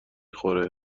خوره